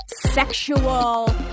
sexual